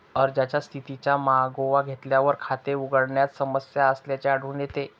अर्जाच्या स्थितीचा मागोवा घेतल्यावर, खाते उघडण्यात समस्या असल्याचे आढळून येते